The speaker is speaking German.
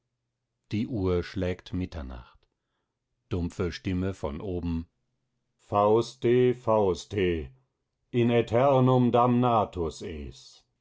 die uhr schlägt mitternacht dumpfe stimme von oben fauste fauste in